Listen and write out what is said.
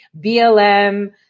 BLM